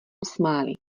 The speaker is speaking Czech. smáli